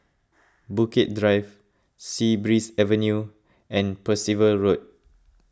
Bukit Drive Sea Breeze Avenue and Percival Road